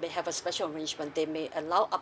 may have a special arrangement they may allow up